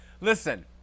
Listen